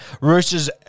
Roosters